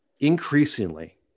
increasingly